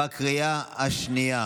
בקריאה השנייה